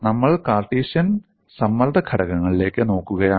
നമ്മൾ കാർട്ടീഷ്യൻ സമ്മർദ്ദ ഘടകങ്ങളിലേക്ക് നോക്കുകയാണ്